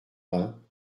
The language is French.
vingts